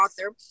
author